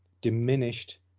diminished